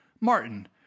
Martin